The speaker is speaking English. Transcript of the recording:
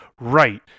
right